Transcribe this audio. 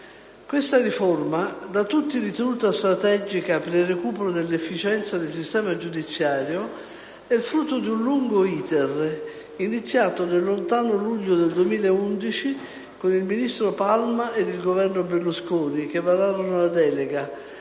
Questa riforma, da tutti ritenuta strategica per il recupero dell'efficienza del sistema giudiziario, è il frutto di un lungo *iter*, iniziato nel lontano luglio del 2011, con il ministro Palma ed il Governo Berlusconi, che vararono la delega,